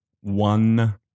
one